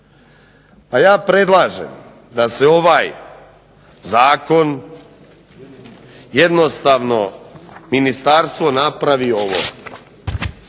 A ja predlažem da se ovaj zakon jednostavno ministarstvo napravi ovo